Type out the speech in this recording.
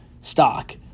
stock